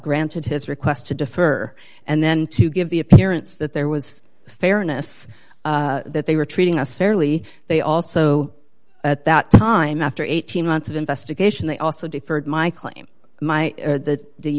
granted his request to defer and then to give the appearance that there was fairness that they were treating us fairly they also at that time after eighteen months of investigation they also deferred my claim my to the